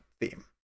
theme